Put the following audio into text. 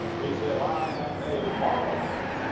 he said, i am a moral man.